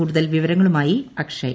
കൂടുതൽ വിവരങ്ങളുമായി അക്ഷയ്